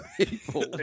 people